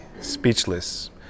speechless